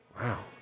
Wow